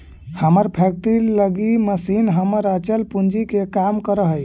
हमर फैक्ट्री लगी मशीन हमर अचल पूंजी के काम करऽ हइ